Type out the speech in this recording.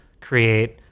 create